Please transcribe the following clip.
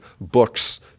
books